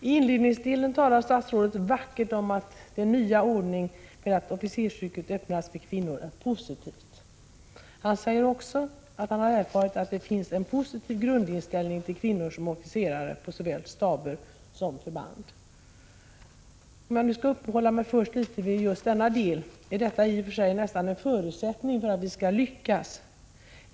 I inledningsdelen talar statsrådet vackert om att den nya ordningen att officersyrket öppnats för kvinnor är positiv. Han säger också att han har erfarit att det finns en positiv grundinställning till kvinnor som officerare på såväl staber som förband. För att först uppehålla mig litet vid just denna del, vill jag säga att detta i och för sig nästan är en förutsättning för att vi skall lyckas.